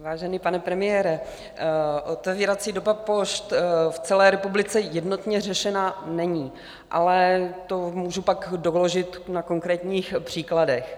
Vážený pane premiére, otevírací doba pošt v celé republice jednotně řešená není, ale to můžu pak doložit na konkrétních příkladech.